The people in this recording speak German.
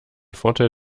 vorteil